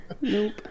nope